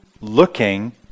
looking